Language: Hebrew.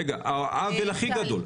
העוול הכי גדול,